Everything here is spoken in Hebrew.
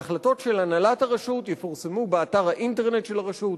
ההחלטות של הנהלת הרשות יפורסמו באתר האינטרנט של הרשות,